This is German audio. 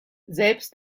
selbst